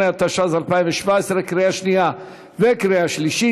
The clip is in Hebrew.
28), התשע"ז 2017, קריאה שנייה וקריאה שלישית.